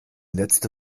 letzte